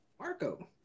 Marco